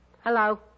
Hello